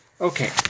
Okay